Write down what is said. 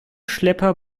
schlepper